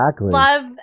love